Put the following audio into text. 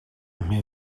hme